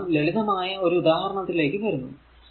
ഇനി നാം ലളിതമായ ഒരു ഉദാഹരണത്തിലേക്കു വരുന്നു